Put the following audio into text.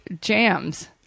jams